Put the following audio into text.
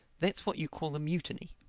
that's what you call a mutiny.